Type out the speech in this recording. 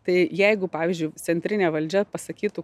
tai jeigu pavyzdžiui centrinė valdžia pasakytų